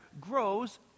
grows